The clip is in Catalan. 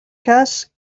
cas